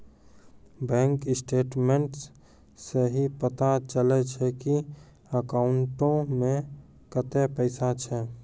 bank statements सं ही पता चलै छै की अकाउंटो मे कतै पैसा छै